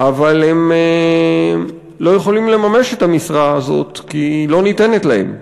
אבל הם לא יכולים לממש את המשרה הזאת כי היא לא ניתנת להם.